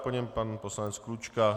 Po něm pan poslanec Klučka.